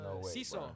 seesaw